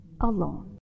alone